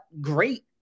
great